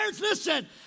listen